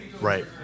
Right